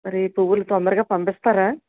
మరి ఈ పువ్వులు తొందరగా పంపిస్తారా